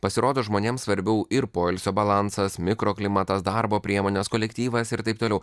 pasirodo žmonėms svarbiau ir poilsio balansas mikroklimatas darbo priemonės kolektyvas ir taip toliau